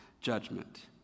judgment